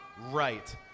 right